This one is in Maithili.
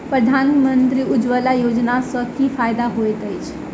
प्रधानमंत्री उज्जवला योजना सँ की फायदा होइत अछि?